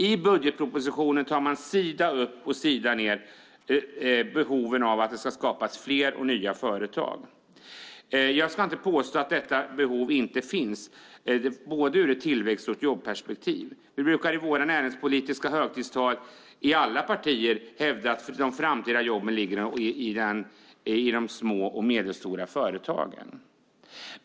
I budgetpropositionen tar man sida upp och sida ned fram behovet av att det ska skapas fler och nya företag. Jag ska inte påstå att detta behov inte finns, ur både ett tillväxt och ett jobbperspektiv. Vi brukar i våra näringspolitiska högtidstal i alla partier hävda att de framtida jobben finns i de små och medelstora företagen.